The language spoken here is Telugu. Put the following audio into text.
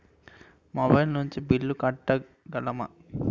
మొబైల్ నుంచి బిల్ కట్టగలమ?